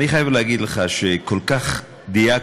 אני חייב לומר לך שכל כך דייקת,